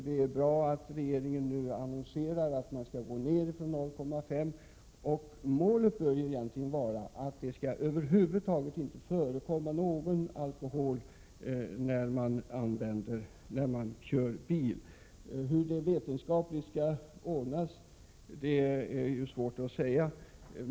Det är bra att regeringen annonserar att man avser att sänka gränsen 0,5 Zoo. Målet bör vara att det över huvud taget inte skall förekomma någon alkoholförtäring när man kör bil. Hur det vetenskapligt skall ordnas är svårt att säga.